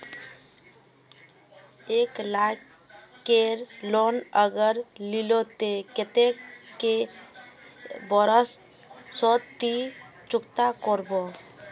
एक लाख केर लोन अगर लिलो ते कतेक कै बरश सोत ती चुकता करबो?